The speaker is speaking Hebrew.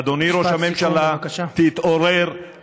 אדוני ראש הממשלה, תתעורר.